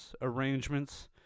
arrangements